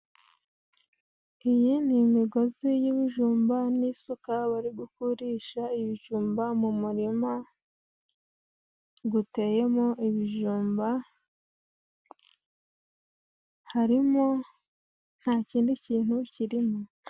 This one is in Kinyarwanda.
Iyi ni imigozi y'ibijumba, n'isuka bari gukurisha ibijumba, mu murima uteyemo ibijumba nta kindi kintu kirimo.